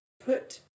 put